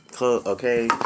Okay